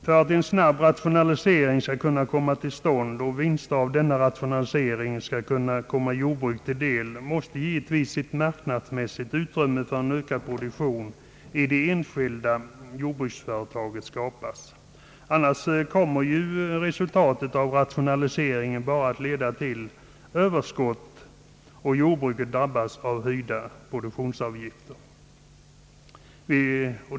För att en snabb rationalisering skall komma till stånd och vinster av denna rationalisering skall kunna komma jordbruket till del måste givetvis ett marknadsmässigt utrymme för en ökad produktion i de enskilda jordbruksföretagen skapas. Annars kommer ju rationaliseringen bara att leda till överskott och till att jordbruket drabbas av höga produktionsavgifter.